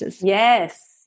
Yes